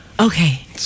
Okay